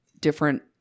different